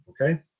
Okay